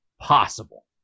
possible